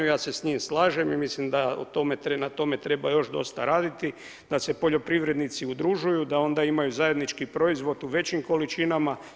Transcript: Ja se s njim slažem i mislim na tome treba još dosta raditi da se poljoprivrednici udružuju da onda imaju zajednički proizvod u većim količinama.